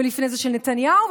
ולפני זה של נתניהו,